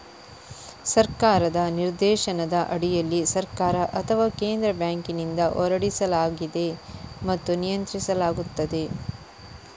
ಸರ್ಕಾರದ ನಿರ್ದೇಶನದ ಅಡಿಯಲ್ಲಿ ಸರ್ಕಾರ ಅಥವಾ ಕೇಂದ್ರ ಬ್ಯಾಂಕಿನಿಂದ ಹೊರಡಿಸಲಾಗಿದೆ ಮತ್ತು ನಿಯಂತ್ರಿಸಲಾಗುತ್ತದೆ